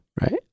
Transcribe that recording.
right